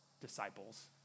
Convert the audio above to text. disciples